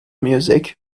music